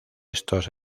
estos